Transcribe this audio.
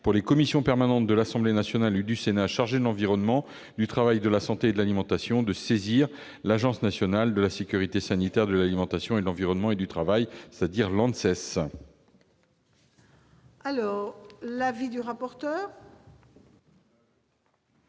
pour les commissions permanentes de l'Assemblée nationale et du Sénat chargées de l'environnement, du travail, de la santé et de l'alimentation de saisir l'Agence nationale de sécurité sanitaire de l'alimentation, de l'environnement et du travail, l'ANSES. Quel est l'avis de la